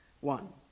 one